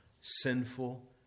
sinful